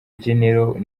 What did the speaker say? general